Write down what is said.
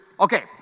Okay